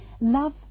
Love